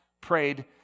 prayed